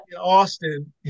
Austin